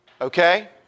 Okay